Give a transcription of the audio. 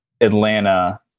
Atlanta